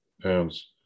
pounds